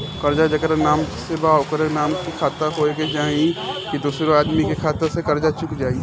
कर्जा जेकरा नाम से बा ओकरे नाम के खाता होए के चाही की दोस्रो आदमी के खाता से कर्जा चुक जाइ?